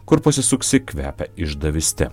kur pasisuksi kvepia išdavyste